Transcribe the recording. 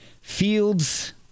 Fields